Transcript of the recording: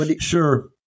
Sure